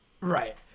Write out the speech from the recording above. Right